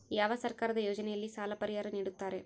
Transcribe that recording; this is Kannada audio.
ಯಾವ ಸರ್ಕಾರದ ಯೋಜನೆಯಲ್ಲಿ ಸಾಲ ಪರಿಹಾರ ನೇಡುತ್ತಾರೆ?